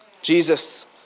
Jesus